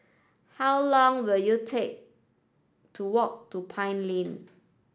how long will you take to walk to Pine Lane